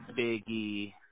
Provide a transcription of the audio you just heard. Biggie